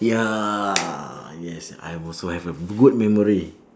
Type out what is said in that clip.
ya yes I also have a good memory